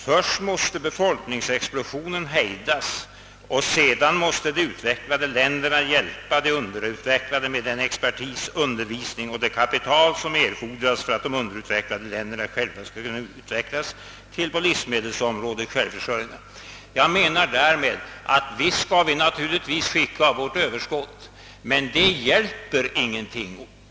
Först måste befolkningsexplosionen hejdas och sedan måste de utvecklade länderna hjälpa de underutvecklade med den expertis, den undervisning och det kapital som erfordras för att de underutvecklade länderna själva skall kunna utvecklas till på livsmedelsområdet självförsörjande länder.» Jag menar att vi naturligtvis skall skicka vårt överskott till u-länderna, men det hjälper inte mycket.